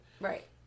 Right